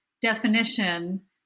definition